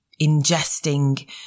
ingesting